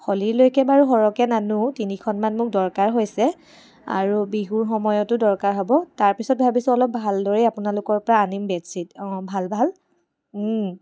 হ'লিলৈকে বাৰু সৰহকৈ নানো তিনিখনমান মোক দৰকাৰ হৈছে আৰু বিহুৰ সময়তো দৰকাৰ হ'ব তাৰ পিছত ভাবিছো অলপ ভালদৰেই আপোনালোকৰ পৰা আনিম বেডশ্বিট অ' ভাল ভাল